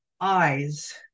eyes